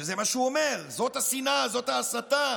שזה מה שהוא אומר, זאת השנאה וזאת ההסתה,